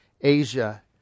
Asia